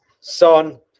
son